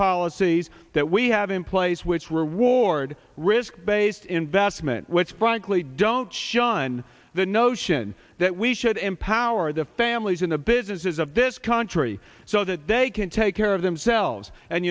policies that we have in place which reward risk based investment which frankly don't shun the notion that we should empower the families in the businesses of this country so that they can take care of themselves and